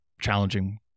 challenging